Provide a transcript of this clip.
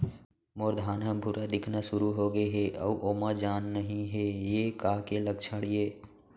मोर धान ह भूरा दिखना शुरू होगे हे अऊ ओमा जान नही हे ये का के लक्षण ये?